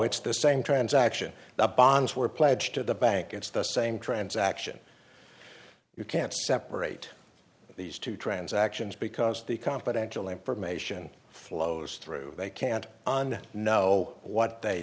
it's the same transaction the bonds were pledged to the bank it's the same transaction you can't separate these two transactions because the confidential information flows through they can't on know what they